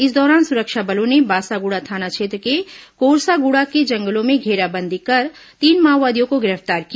इस दौरान सुरक्षा बलों ने बासागुड़ा थाना क्षेत्र के कोरसागुड़ा के जंगलों में घेराबंदी कर तीन माओवादियों को गिरफ्तार किया